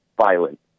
violent